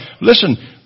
Listen